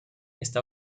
está